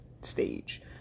stage